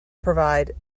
provide